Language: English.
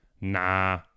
Nah